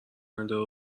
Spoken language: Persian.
نداره